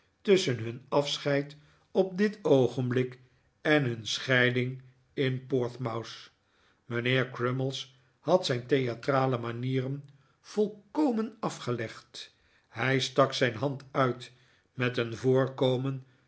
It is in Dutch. tusschen hun afscheid op dit oogenblik en hun scheiding in portsmouth mijnheer crummies had zijn theatrale manieren volkomen afgelegd hij stak zijn hand uit met een voorkomen